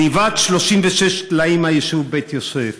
נגנבו 36 טלאים מהיישוב בית יוסף,